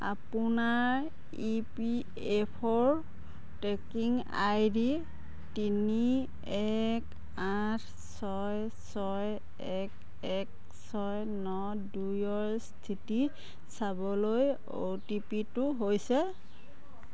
আপোনাৰ E P F অ'ৰ tracking I D তিনি এক আঠ ছয় ছয় এক এক ছয় ন দুই ৰ স্থিতি চাবলৈ অ' টি পি টো হৈছে